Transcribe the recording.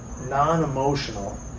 non-emotional